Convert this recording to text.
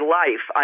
life